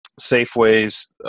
Safeways